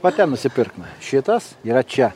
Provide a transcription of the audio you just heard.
va ten nusipirk šitas yra čia